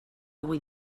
vull